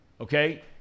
okay